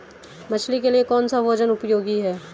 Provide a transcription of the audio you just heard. मछली के लिए कौन सा भोजन उपयोगी है?